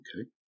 Okay